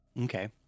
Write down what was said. Okay